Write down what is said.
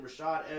Rashad